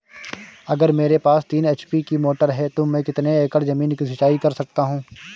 अगर मेरे पास तीन एच.पी की मोटर है तो मैं कितने एकड़ ज़मीन की सिंचाई कर सकता हूँ?